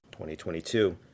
2022